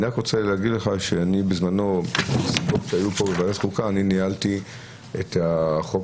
אני ניהלתי בזמנו בוועדת החוקה את החוק